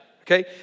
Okay